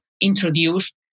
introduce